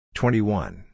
twenty-one